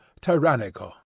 tyrannical